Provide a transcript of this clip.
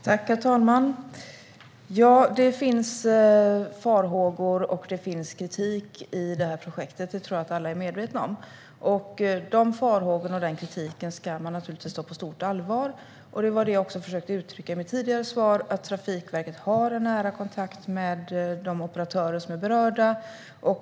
Herr talman! Det finns farhågor och kritik rörande det här projektet, och det tror jag att alla är medvetna om. De farhågorna och den kritiken ska man naturligtvis ta på stort allvar, och det var det jag också försökte uttrycka i mitt tidigare svar om att Trafikverket har nära kontakt med de operatörer som är berörda.